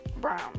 brown